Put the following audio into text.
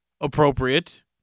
appropriate